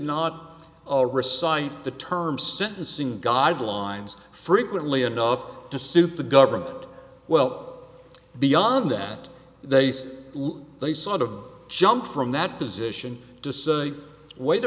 recite the term sentencing guidelines frequently enough to suit the government well beyond that they say they sort of jumped from that position to say wait a